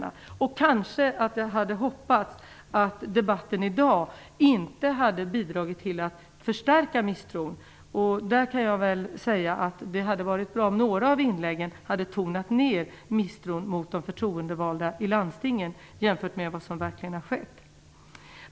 Jag hade kanske hoppats att debatten i dag inte hade bidragit till att förstärka misstron. Jag kan säga att det hade varit bra om några av inläggen hade tonat ned misstron mot de förtroendevalda i landstingen, jämfört med vad som verkligen har skett.